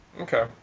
okay